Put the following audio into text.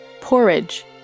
Porridge